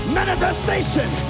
manifestation